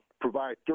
provide